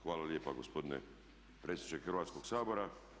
Hvala lijepa gospodine predsjedniče Hrvatskog sabora.